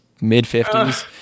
mid-50s